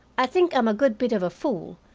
i think i'm a good bit of a fool,